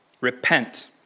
repent